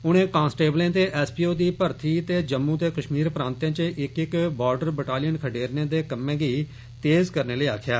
उनें कांस्टेबलें ते एस पी ओ दी भर्थी ते जम्मू ते कश्मीर प्रांतें च इक इक बार्डर बटालियन खडेरने दे कम्मै गी तेज करने लेई आक्खेआ